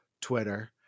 Twitter